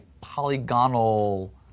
polygonal